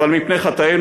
אבל מפני חטאינו,